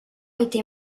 été